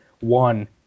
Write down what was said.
one